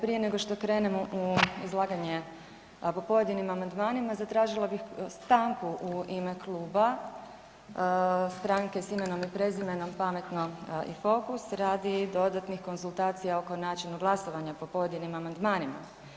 Prije nego što krenemo u izlaganje o podnesenim amandmanima zatražila bih stanku u ime kluba Stranke s imenom i prezimenom Pametnog i Fokus radi dodatnih konzultacija oko načina glasovanja po pojedinim amandmanima.